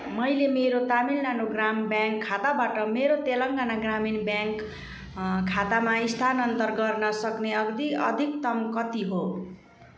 मैले मेरो तमिलनाडु ग्राम ब्याङ्क खाताबाट मेरो तेलङ्गाना ग्रामीण ब्याङ्क खातामा स्थानान्तर गर्न सक्ने अवधि अधिकतम कति हो